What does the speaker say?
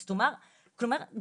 כלומר,